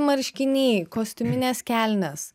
marškiniai kostiuminės kelnės